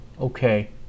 Okay